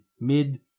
mid